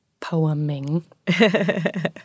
poeming